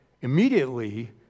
immediately